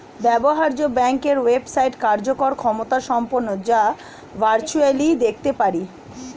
ব্যবহার্য ব্যাংকের ওয়েবসাইট কার্যকর ক্ষমতাসম্পন্ন যা ভার্চুয়ালি দেখতে পারি